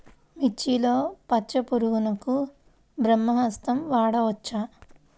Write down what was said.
మిర్చిలో పచ్చ పురుగునకు బ్రహ్మాస్త్రం వాడవచ్చా?